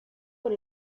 por